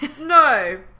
no